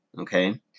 Okay